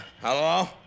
Hello